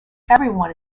everyone